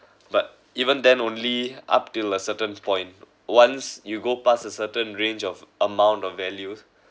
but even then only up till a certain point once you go past a certain range of amount of values